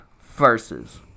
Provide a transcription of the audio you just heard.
versus